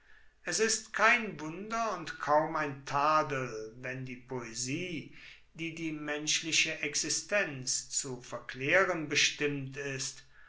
es ist kein wunder und kaum ein tadel wenn die poesie die die menschliche existenz zu verklaeren bestimmt ist